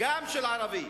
גם של ערבי,